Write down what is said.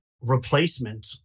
replacement